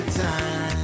time